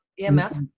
EMF